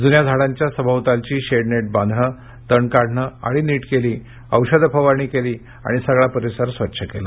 जून्या झाडांच्या सभोवतालची शेडनेट बांधले तण काढले आळी नीट केली औषध फवारणी केली आणि सगळा परिसर स्वच्छ केला